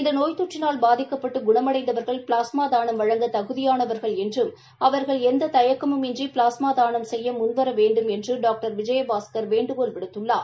இந்த நோய் தொற்றினால் பாதிக்கப்பட்டு குணமடைந்தவர்கள் ப்ளாஸ்மா தானம் வழங்க தகுதியானவா்கள் என்றும் அவா்கள் எந்த தயக்கமும் இன்றி ப்ளாஸ்மா தானம் செய்ய முன்வர வேண்டும் என்று டாக்டர் விஜயபாஸ்கர் வேண்டுகோள் விடுத்துள்ளார்